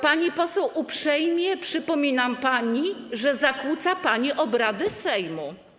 Pani poseł, uprzejmie przypominam pani, że zakłóca pani obrady Sejmu.